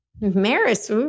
Maris